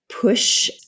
push